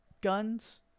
guns